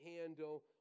handle